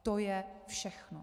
To je všechno.